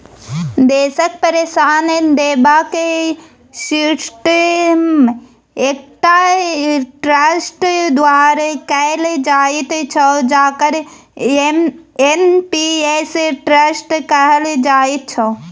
देशक पेंशन देबाक सिस्टम एकटा ट्रस्ट द्वारा कैल जाइत छै जकरा एन.पी.एस ट्रस्ट कहल जाइत छै